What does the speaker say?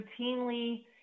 routinely